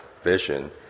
vision